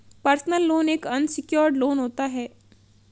personal loan एक unsecured loan होता है